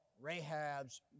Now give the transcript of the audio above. Rahab's